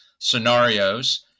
scenarios